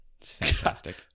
Fantastic